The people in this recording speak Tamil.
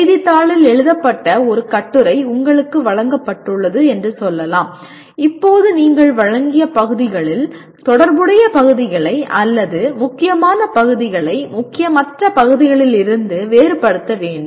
செய்தித்தாளில் எழுதப்பட்ட ஒரு கட்டுரை உங்களுக்கு வழங்கப்பட்டுள்ளது என்று சொல்லலாம் இப்போது நீங்கள் வழங்கிய பகுதிகளில் தொடர்புடைய பகுதிகளை அல்லது முக்கியமான பகுதிகளை முக்கியமற்ற பகுதிகளிலிருந்து வேறுபடுத்த வேண்டும்